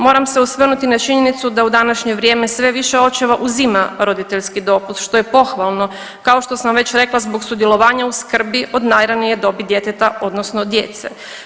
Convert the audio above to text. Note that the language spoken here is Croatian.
Moram se osvrnuti i na činjenicu da u današnje vrijeme sve više očeva uzima roditeljski dopust što je pohvalno kao što sam već rekla zbog sudjelovanja u skrbi od najranije dobi djeteta odnosno djece.